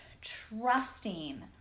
trusting